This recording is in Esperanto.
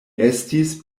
estis